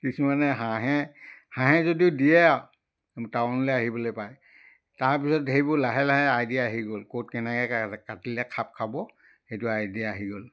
কিছুমানে হাঁহে হাঁহে যদিও দিয়ে আৰু টাউনলৈ আহিবলৈ পায় তাৰপিছত সেইবোৰ লাহে লাহে আইডিয়া আহি গ'ল ক'ত কেনেকৈ কা কাটিলে খাপ খাব সেইটো আইডিয়া আহি গ'ল